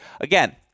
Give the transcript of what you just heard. again